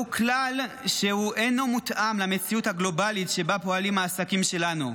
זהו כלל שאינו מותאם למציאות הגלובלית שבה פועלים העסקים שלנו.